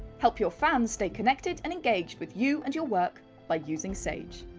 help your fans stay connected and engaged with you and your work by using sage!